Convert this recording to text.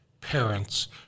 parents